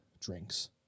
drinks